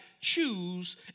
choose